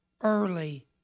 early